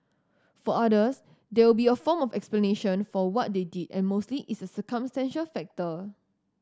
for others there will be a form of explanation for what they did and mostly it's a circumstantial factor